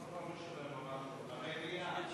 מליאה.